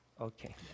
Okay